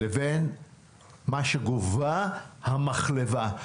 לבין מה שגובה המחלבה.